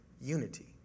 unity